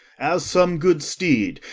as some good steed,